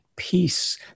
peace